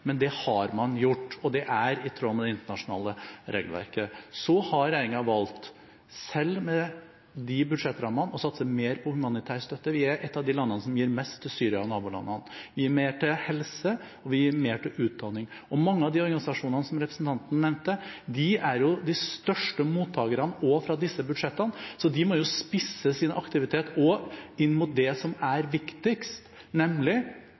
men det har man gjort, og det er i tråd med det internasjonale regelverket. Regjeringen har valgt – selv med de budsjettrammene – å satse mer på humanitær støtte. Vi er et av de landene som gir mest til Syria og nabolandene. Vi gir mer til helse, og vi gir mer til utdanning. Og mange av de organisasjonene som representanten nevnte, er jo de største mottakerne også fra disse budsjettene, så de må jo også spisse sin aktivitet inn mot det som er viktigst, nemlig